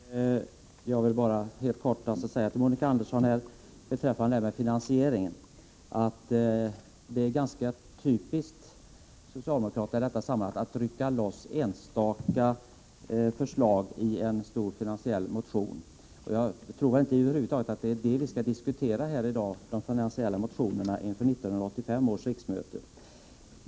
Herr talman! Jag vill bara helt kort säga några ord till Monica Andersson beträffande finansieringen. Det är ganska typiskt av socialdemokraterna att i detta sammanhang rycka loss enstaka förslag i en stor ekonomisk-politisk motion. Jag tror inte att det över huvud taget är de ekonomisk-politiska motionerna inför vårsessionen av detta riksmöte som vi skall diskutera här i dag.